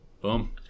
Boom